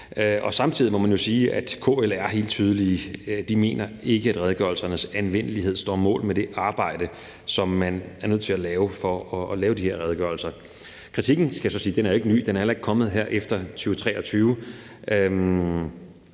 Samtidig må man sige, at KL er helt tydelige. De mener ikke, at redegørelserne anvendelighed står mål med det arbejde, som man er nødt til at lave for at lave de her redegørelser. Kritikken, skal jeg sige, er jo ikke ny. Den er heller ikke kommet her efter 2023.